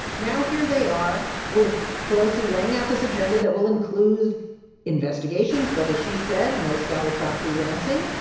now here they are with pelosi laying out this agenda that will include investigations but, as she said, no scattershot freelancing,